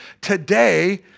today